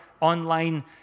online